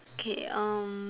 K um